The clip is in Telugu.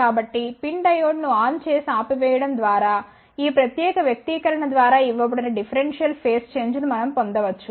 కాబట్టి PIN డయోడ్ను ఆన్ చేసి ఆపివేయడం ద్వారా ఈ ప్రత్యేక వ్యక్తీకరణ ద్వారా ఇవ్వబడిన డిఫరెన్షియల్ ఫేజ్ చేంజ్ ను మనం పొందవచ్చు